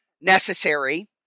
necessary